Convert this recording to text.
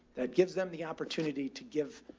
that gives them the opportunity to give,